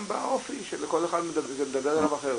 גם באופי, לכל אחד זה מדבר אחרת.